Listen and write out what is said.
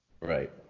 Right